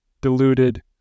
diluted